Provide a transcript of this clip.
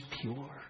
pure